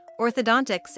Orthodontics